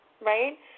right